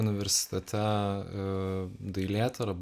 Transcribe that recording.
universitete dailėtyrą